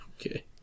Okay